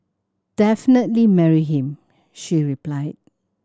definitely marry him she replied